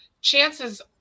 chances